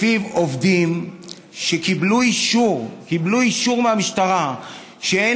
שבהם עובדים שקיבלו אישור מהמשטרה שאין